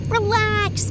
Relax